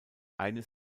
eines